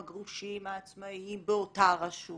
הגרושים, העצמאיים באותה רשות